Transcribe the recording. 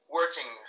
working